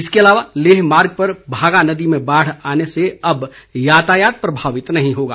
इसके अलावा लेह मार्ग पर भागा नदी में बाढ़ आने से अब यातायात प्रभावित नहीं होगा